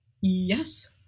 yes